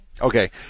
Okay